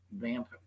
Vamp